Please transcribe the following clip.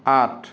আঠ